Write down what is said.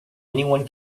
anyone